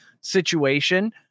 situation